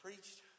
Preached